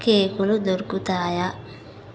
కేకులు దొరుకుతాయా